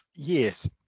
Yes